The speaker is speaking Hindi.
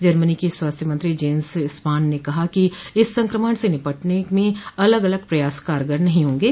जर्मनी की स्वास्थ्य मंत्री जेन्स स्पाह्व ने कहा कि इस संक्रमण से निपटने में अलग अलग प्रयास कारगर नहीं होंगे